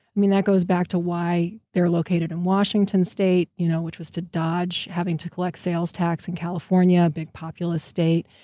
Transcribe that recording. that goes back to why they're located in washington state, you know which was to dodge having to collect sales tax in california, a big populist state.